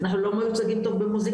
אנחנו לא מוצגים טוב במוסיקולוגיה,